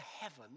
heaven